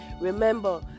remember